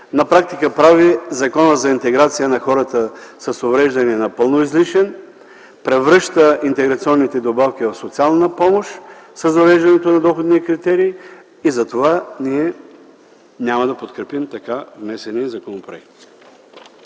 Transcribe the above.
на практика прави Закона за интеграция на хората с увреждания напълно излишен, превръща интеграционните добавки в социална помощ с въвеждането на доходния критерий и затова ние няма да подкрепим така внесения законопроект.